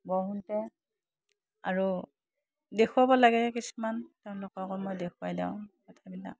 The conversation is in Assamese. বহুতে আৰু দেখুৱাব লাগে কিছুমান তেওঁলোককো মই দেখুৱাই দিওঁ কথাবিলাক